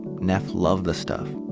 neff loved the stuff.